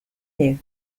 you